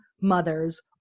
mothers